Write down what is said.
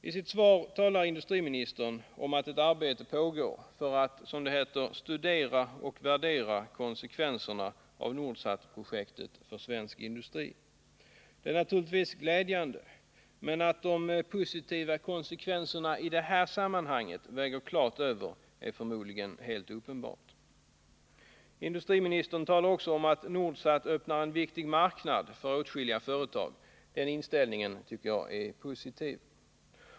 I sitt svar talar industriministern om att ett arbete pågår för ”att studera och värdera konsekvenserna av Nordsatprojektet för svensk industri” — det är naturligtvis glädjande. Men att de positiva konsekvenserna i det här sammanhanget väger klart över är förmodligen helt uppenbart. Industriministern talar också om att Nordsat öppnar en viktig marknad för åtskilliga företag — den inställningen tycker jag är positiv.